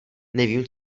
nevím